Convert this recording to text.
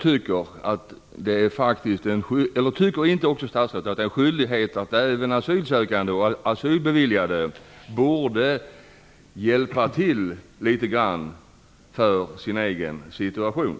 Tycker inte även statsrådet att asylsökande och personer som har beviljats asyl borde ha en skyldighet att hjälpa till litet grand för att förbättra sin egen situation?